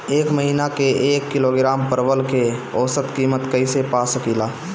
एक महिना के एक किलोग्राम परवल के औसत किमत कइसे पा सकिला?